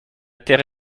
terre